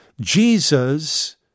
Jesus